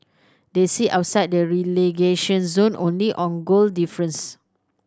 they sit outside the relegation zone only on goal difference